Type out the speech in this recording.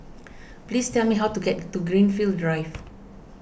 please tell me how to get to Greenfield Drive